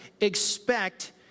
expect